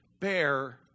bear